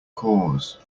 cause